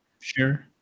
sure